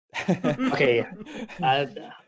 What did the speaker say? Okay